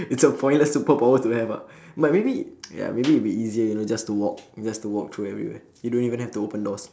it's a pointless superpower to have ah but maybe ya maybe it'll be easier you know just to walk just to walk through everywhere you don't even have to open doors